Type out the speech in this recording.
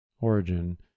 Origin